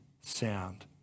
sound